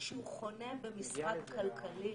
כשהוא חונה במשרד כלכלי